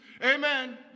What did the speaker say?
Amen